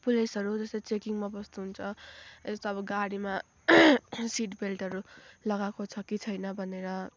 पुलिसहरू जस्तै चेकिङमा बस्नुहुन्छ यस्तो अब गाडीमा सिटबेल्टहरू लगाएको छ कि छैन भनेर